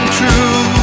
true